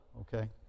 okay